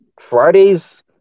Fridays